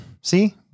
See